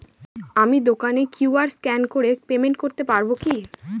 আমি দোকানে QR scan করে পেমেন্ট করতে পারবো কি?